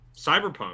Cyberpunk